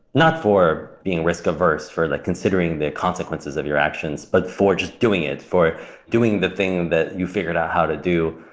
not for being risk averse, for like considering the consequences of your actions, but for just doing it, for doing the thing that you figured out how to do.